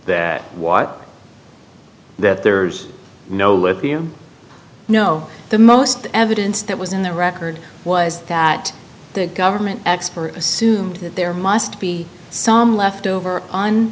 that what that there's no lithium no the most evidence that was in the record was that the government experts assumed that there must be some left over on